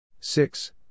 six